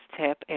tip